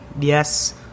Yes